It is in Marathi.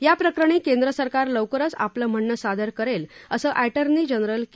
या प्रकरणी केंद्र सरकार लवकरच आपलं म्हणणं सादर करेल असं एटर्नी जनरल के